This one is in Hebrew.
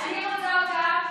התש"ף 2020,